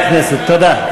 תודה.